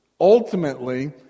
Ultimately